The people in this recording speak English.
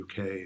UK